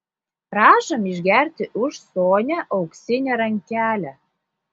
prašom išgerti už sonią auksinę rankelę